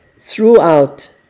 throughout